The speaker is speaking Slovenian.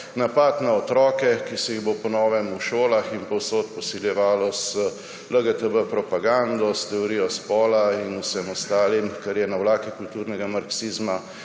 napad na otroke, ki se jih bo po novem v šolah in povsod posiljevalo s LGTB propagando, s teorijo spola in vsem ostalim, kar je navlaka kulturnega marksizma.